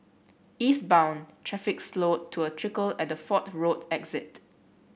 eastbound traffic slowed to a trickle at the Fort Road exit